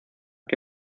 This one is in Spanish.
que